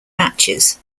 matches